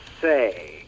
say